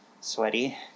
sweaty